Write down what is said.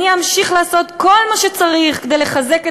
אני אמשיך לעשות כל מה שצריך כדי לחזק את